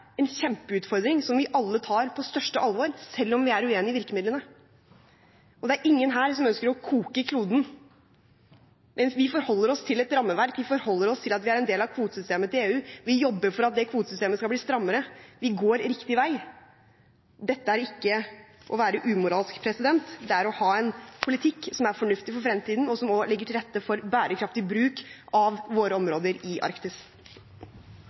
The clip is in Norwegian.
om virkemidlene. Det er ingen her som ønsker å koke kloden. Vi forholder oss til et rammeverk, vi forholder oss til at vi er en del av EUs kvotesystem, vi jobber for at det kvotesystemet skal bli strammere. Vi går riktig vei. Dette er ikke å være umoralsk. Dette er å ha en politikk som er fornuftig for fremtiden, og som legger til rette for bærekraftig bruk av våre områder i Arktis.